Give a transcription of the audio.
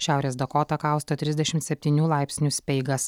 šiaurės dakotą kausto trisdešimt septynių laipsnių speigas